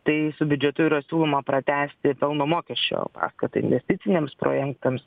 tai su biudžetu yra siūloma pratęsti pelno mokesčio paskatą investiciniams projektams